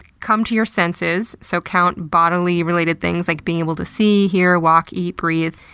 come to your senses, so count bodily-related things like being able to see, hear, walk, eat, breathe,